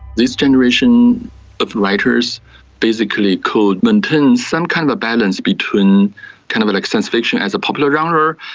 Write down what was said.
this generation of writers basically could maintain some kind of balance between kind of like science fiction as a popular genre,